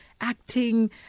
acting